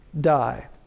die